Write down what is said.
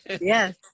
yes